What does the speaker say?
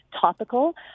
topical